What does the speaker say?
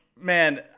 man